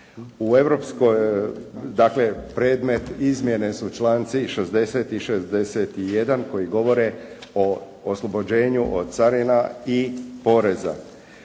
Europske unije. Dakle, predmet izmjene su članci 60. i 61. koji govore o oslobođenju od carina i poreza.